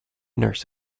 nurse